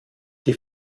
die